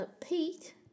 Pete